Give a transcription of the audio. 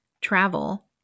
travel